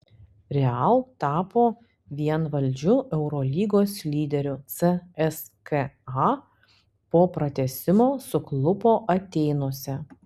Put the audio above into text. real tapo vienvaldžiu eurolygos lyderiu cska po pratęsimo suklupo atėnuose